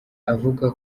avuga